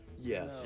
yes